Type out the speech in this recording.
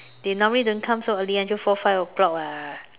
they normally don't come so early until four five o-clock [what]